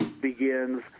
begins